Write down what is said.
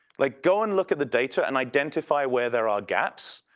like go and look at the data and identify where there are gaps,